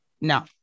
No